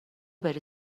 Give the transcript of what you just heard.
بری